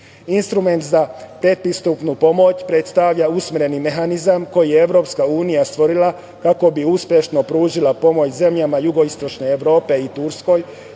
za pretpristupnu pomoć predstavlja usmereni mehanizam koji je EU stvorila kako bi uspešno pružila pomoć zemljama jugoistočne Evrope i Turskoj,